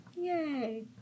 yay